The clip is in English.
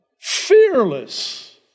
Fearless